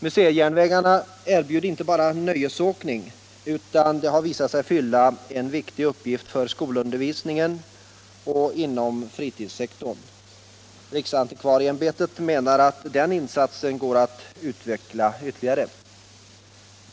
Museijärnvägarna erbjuder inte bara nöjesåkning utan har också visat sig fylla en viktig uppgift för skolundervisningen och inom fritidssektorn. Riksantikvarieämbetet menar att den insatsen går att utveckla ytterligare.